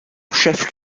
chef